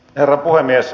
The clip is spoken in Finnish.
herra puhemies